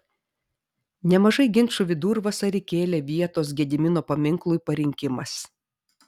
nemažai ginčų vidurvasarį kėlė vietos gedimino paminklui parinkimas